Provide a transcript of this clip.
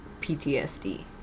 PTSD